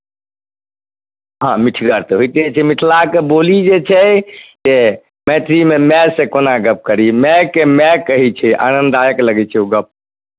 हँ मिथिला तऽ होइते छै मिथिलाके बोली जे छै से मैथिलीमे मायसँ कोना गप्प करी मायकेँ माय कहै छै आनन्ददायक लगै छै ओ गप्प